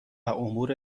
امور